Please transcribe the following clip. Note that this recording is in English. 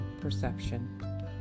perception